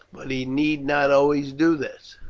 but he need not always do this.